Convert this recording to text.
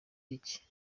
iki